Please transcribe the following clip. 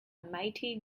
mighty